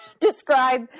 describe